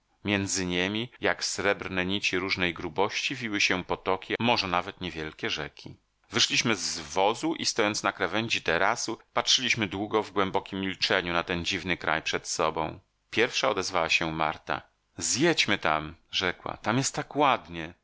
między niemi jak srebrne nici różnej grubości wiły się potoki może nawet wielkie rzeki wyszliśmy z wozu i stojąc na krawędzi terasu patrzyliśmy długo w głębokiem milczeniu na ten dziwny kraj przed sobą pierwsza odezwała się marta zjedźmy tam rzekła tam jest tak ładnie